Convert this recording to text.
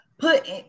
put